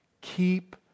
Keep